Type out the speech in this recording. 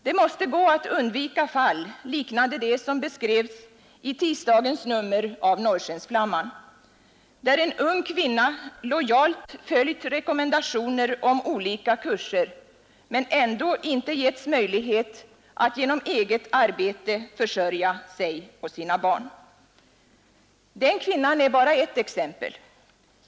Det måste gå att undvika fall liknande det som beskrevs i tisdagens nummer av Norrskensflamman där en ung kvinna lojalt följt rekommendationer om olika kurser men ändå inte getts möjlighet att genom eget arbete försörja sig och sina barn. Denna kvinna är bara ett exempel.